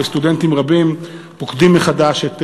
וסטודנטים רבים פוקדים מחדש את